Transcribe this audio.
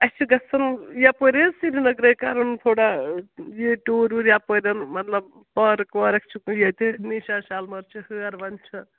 اَسہِ چھُ گژھُن یَپٲرۍ حظ سرینَگرٕے کَرُن تھوڑا یہِ ٹیٛوٗر ووٗر یَپٲرٮ۪ن مطلب پارک وارک چھِ ییٚتہِ نِشاط شالمار چھِ ہٲروَن چھِ